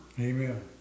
Amen